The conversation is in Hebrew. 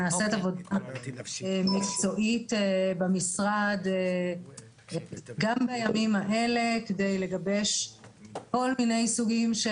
נעשית עבודה מקצועית במשרד גם בימים האלה כדי לגבש כל מיני סוגים של